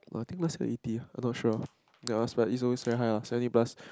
or I think last year eighty I'm not sure but it's always very high lah seventy plus